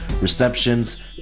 receptions